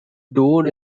doon